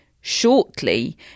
shortly